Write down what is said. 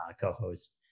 co-host